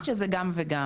אני חושבת שזה גם וגם.